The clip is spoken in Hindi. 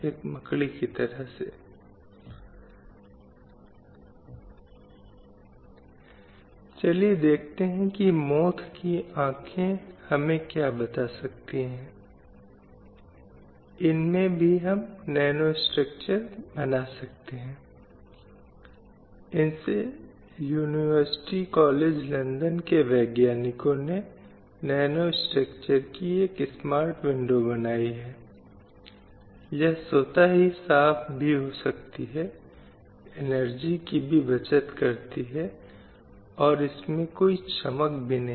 एक अंतर यह है कि हम 53 को 73 की तुलना में देखते हैं इसलिए शिक्षित पुरुषों की संख्या महिलाओं की तुलना में बहुत अधिक है और वहाँ अंतर है जो मौजूद हैं आर्थिक रोजगार के अवसरों में पुरुष श्रमिकों की संख्या बहुत अधिक है महिला कामगारों की तुलना में और यदि हमारे पास महिला कामगार हैं जो कि बहुत कम हैं अधिकांशतःकृषि क्षेत्र में हैं